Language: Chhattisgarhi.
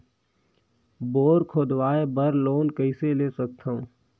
बोर खोदवाय बर लोन कइसे ले सकथव?